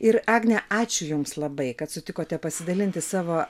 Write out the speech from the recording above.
ir agne ačiū jums labai kad sutikote pasidalinti savo